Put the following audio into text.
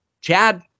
Chad